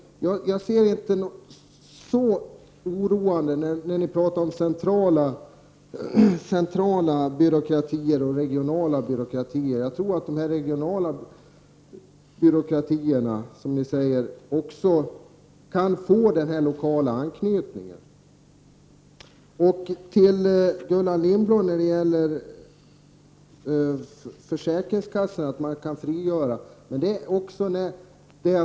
Ni talar om centrala och regionala byråkratier. Jag tror att dessa regionala byråkratier, som ni kallar dem, också kan få den här lokala anknytningen. Gullan Lindblad sade att det kan frigöras resurser på försäkringskassorna.